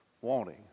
wanting